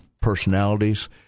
personalities